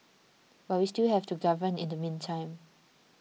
but we still have to govern in the meantime